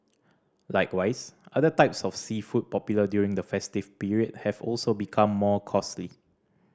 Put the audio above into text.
likewise other types of seafood popular during the festive period have also become more costly